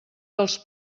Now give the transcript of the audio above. dels